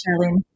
Charlene